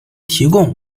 提供